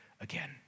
again